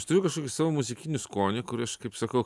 aš turiu kažkokį savo muzikinį skonį kur aš kaip sakau